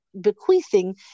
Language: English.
bequeathing